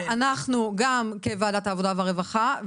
אנחנו כוועדת העבודה והרווחה,